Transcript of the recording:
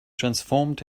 transformed